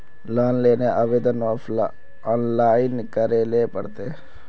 Loan लेले आवेदन online करे ले पड़ते?